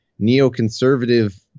neoconservative